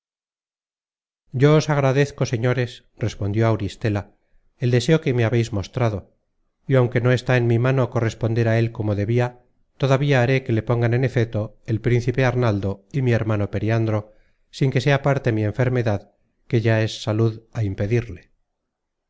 yo os agradezco señores respondió auristela el deseo que me habeis mostrado y aunque no está en mi mano corresponder a él como debia todavía haré que le pongan en efeto el príncipe arnaldo y mi hermano periandro sin que sea parte mi enfermedad que ya es salud á impedirle